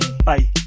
Bye